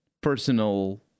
personal